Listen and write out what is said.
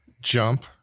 Jump